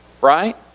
Right